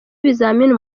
ibizamini